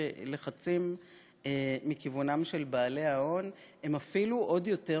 שלחצים מכיוונם של בעלי ההון הם אפילו עוד יותר